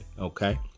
okay